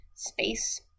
space